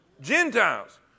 Gentiles